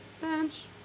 Bench